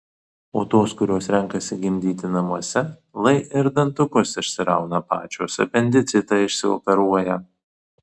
o tos kurios renkasi gimdyti namuose lai ir dantukus išsirauna pačios apendicitą išsioperuoja